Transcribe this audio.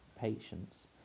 patience